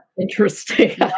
interesting